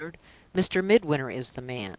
mr. midwinter is the man.